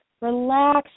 relax